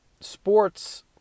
sports